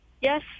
Yes